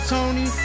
Tony